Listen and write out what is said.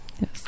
yes